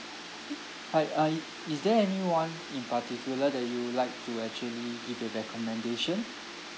hi I is there anyone in particular that you would like to actually give a recommendation